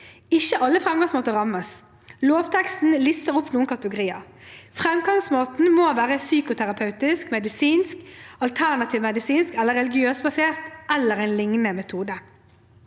Ikke alle fremgangsmåter rammes; lovteksten lister opp noen kategorier. Fremgangsmåten må være psykoterapeutisk, medisinsk, alternativmedisinsk eller religiøst basert, eller en lignende metode.